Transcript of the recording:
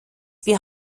wir